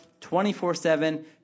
24-7